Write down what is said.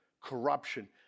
corruption